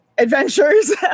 Adventures